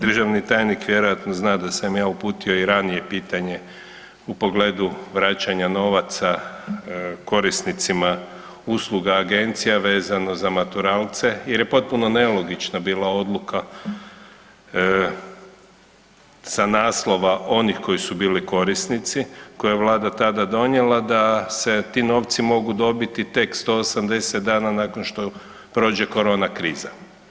Državni tajnik vjerojatno zna da sam ja uputio i ranije pitanje u pogledu vraćanja novaca korisnicima usluga Agencija vezano za maturalce, jer je potpuno nelogična bila odluka sa naslova onih koji su bili korisnici, koje je Vlada tada donijela da se ti novci mogu dobiti tek 180 dana nakon što prođe Corona kriza.